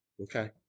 okay